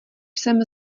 jsem